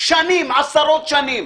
עשרות שנים.